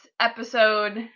episode